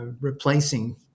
replacing